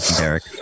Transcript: Derek